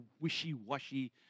wishy-washy